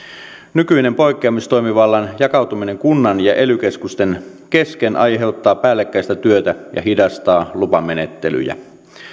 nykyinen poikkeamistoimivallan jakautuminen kunnan ja ely keskusten kesken aiheuttaa päällekkäistä työtä ja hidastaa lupamenettelyjä